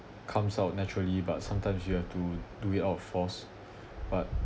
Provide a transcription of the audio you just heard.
comes out naturally but sometimes you have to do it out of force but